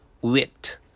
Wit